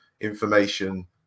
information